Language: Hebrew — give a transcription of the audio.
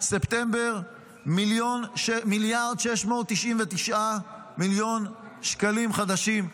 ספטמבר מיליארד ו-600 מיליון שקלים חדשים,